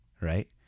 right